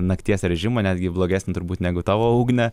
nakties režimą netgi blogesnį turbūt negu tavo ugne